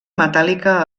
metàl·lica